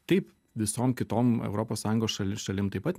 taip visom kitom europos sąjungos šalis šalim taip pat